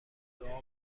دعا